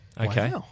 okay